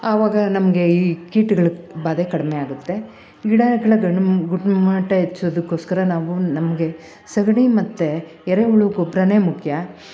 ಆವಾಗ ನಮಗೆ ಈ ಕೀಟಗಳ ಬಾಧೆ ಕಡಿಮೆ ಆಗತ್ತೆ ಗಿಡಗಳ ಗಣಮ್ ಗುಣಮಟ್ಟ ಹೆಚ್ಚೋದಕ್ಕೋಸ್ಕರ ನಾವು ನಮಗೆ ಸಗಣಿ ಮತ್ತು ಎರೆಹುಳು ಗೊಬ್ಬರನೇ ಮುಖ್ಯ